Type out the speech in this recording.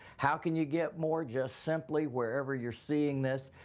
how can you get more just simply wherever you're seeing this,